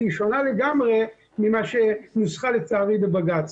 שהיא שונה לגמרי ממה שנוסחה לצערי בבג"צ.